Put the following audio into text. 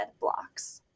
blocks